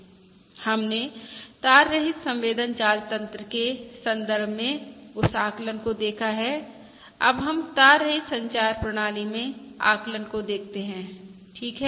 हमने तार रहित संवेदन जाल तन्त्र के संदर्भ में उस आकलन को देखा है अब हम तार रहित संचार प्रणाली में आकलन को देखते हैं ठीक है